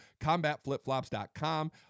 CombatFlipFlops.com